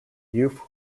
youth